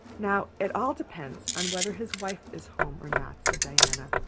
now, it all depends on whether his wife is home or not, said diana,